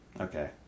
Okay